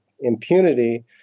impunity